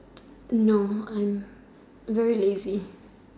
no I'm very lazy